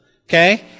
Okay